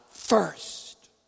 First